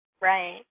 Right